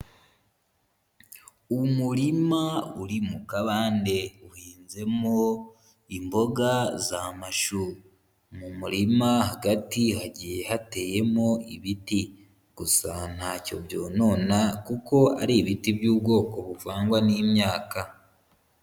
Umurima uri mu kabande uhinzemo imboga za mashu. Mu murima hagati hagiye hateyemo ibiti, gusa ntacyo byonona kuko ari ibiti by'ubwoko buvangwa n'imyaka.